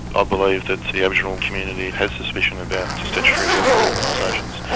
ah believe that the aboriginal community has suspicion about statutory welfare organisations,